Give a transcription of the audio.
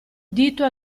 dito